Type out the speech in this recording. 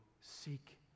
seek